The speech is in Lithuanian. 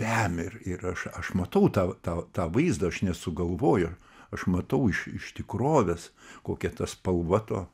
vemia ir ir aš aš matau tą tą vaizdą aš nesugalvoju aš matau iš iš tikrovės kokia ta spalva to